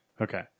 Okay